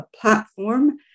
platform